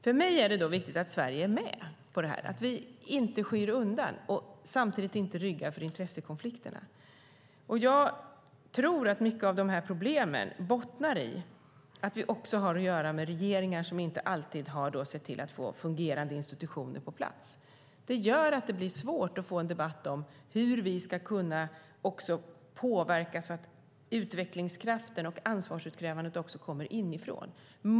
För mig är det då viktigt att Sverige är med på det här, att vi inte flyr undan och att vi inte ryggar för intressekonflikterna. Jag tror att mycket av problemen bottnar i att vi har att göra med regeringar som inte alltid har sett till att få fungerande institutioner på plats. Det gör att det blir svårt att få en debatt om hur vi ska kunna påverka så att utvecklingskraften och ansvarsutkrävandet kommer inifrån.